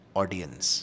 audience